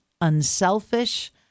unselfish